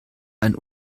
eine